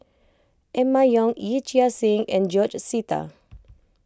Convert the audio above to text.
Emma Yong Yee Chia Hsing and George Sita